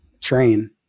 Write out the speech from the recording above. train